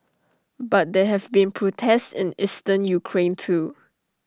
but there have been protests in eastern Ukraine too